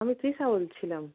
আমি তৃষা বলছিলাম